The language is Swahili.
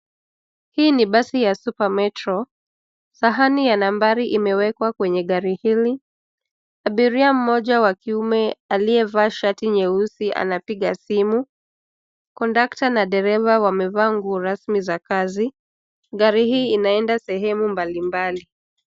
Hii ni basi ya Super Metro, sahani ya nambari imewekwa kwenye gari hili, abiria mmoja wa kiume aliyevaa shati nyeusi anapiga simu, kondakta na dereva wamevaa nguo rasmi za kazi, gari hii inaenda sehemu mbalimbali.